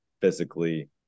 physically